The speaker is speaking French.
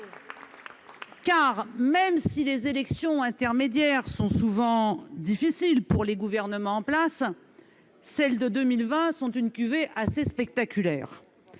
»! Même si les élections intermédiaires sont souvent difficiles pour les gouvernements en place, celles de 2020 constituent une cuvée assez spectaculaire.